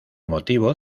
motivo